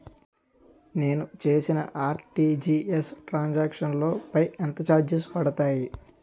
నేను చేసిన RTGS transaction లో పై ఎంత చార్జెస్ పడతాయి?